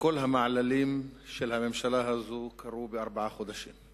שכל המעללים של הממשלה הזו קרו בארבעה חודשים?